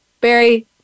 Barry